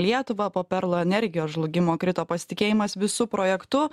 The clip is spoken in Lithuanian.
lietuvą po perlo energijos žlugimo krito pasitikėjimas visu projektu